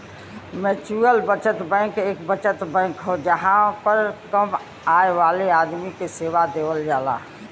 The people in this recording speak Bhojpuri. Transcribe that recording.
म्युचुअल बचत बैंक एक बचत बैंक हो जहां पर कम आय वाले आदमी के सेवा देवल जाला